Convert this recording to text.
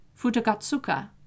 Futagatsuka